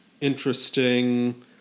interesting